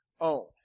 own